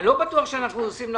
אני לא בטוח שאנחנו עושים נכון.